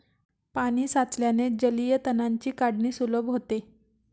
पाणी साचल्याने जलीय तणांची काढणी सुलभ होते